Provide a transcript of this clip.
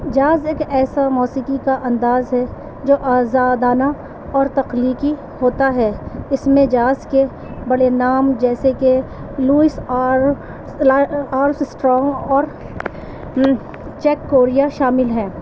jazz ایک ایسا موسیقی کا انداز ہے جو آزادانہ اور تخلیقی ہوتا ہے اس میں جاز کے بڑے نام جیسے کہ لوئس آر آل اسٹرانگ اور چیک کوریا شامل ہیں